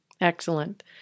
Excellent